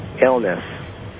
illness